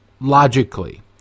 logically